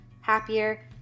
happier